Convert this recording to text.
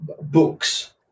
books